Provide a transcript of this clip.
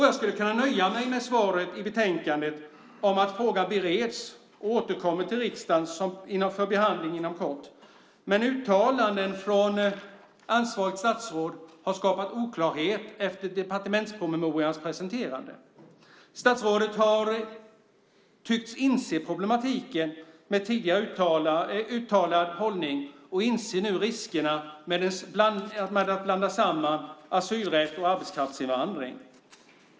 Jag skulle kunna nöja mig med svaret i betänkandet om att frågan bereds och återkommer till riksdagen för behandling inom kort. Men uttalanden från ansvarigt statsråd har skapat oklarhet efter departementspromemorians presenterande. Statsrådet har tyckts inse problematiken med tidigare uttalad hållning och inser nu riskerna med att blanda samman asylrätt och arbetskraftsinvandring.